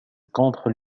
contre